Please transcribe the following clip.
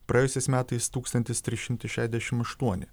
praėjusiais metais tūkstantis trys šimtai šešiasdešimt aštuoni